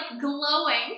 glowing